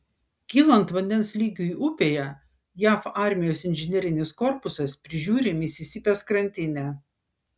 kylant vandens lygiui upėje jav armijos inžinerinis korpusas prižiūri misisipės krantinę